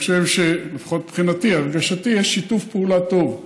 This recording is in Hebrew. לפחות מבחינתי, הרגשתי, יש שיתוף פעולה טוב.